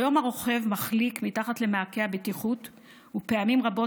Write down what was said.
כיום הרוכב מחליק מתחת למעקה הבטיחות ופעמים רבות